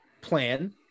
plan